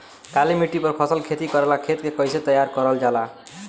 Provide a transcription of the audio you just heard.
काली मिट्टी पर फसल खेती करेला खेत के कइसे तैयार करल जाला?